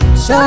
Show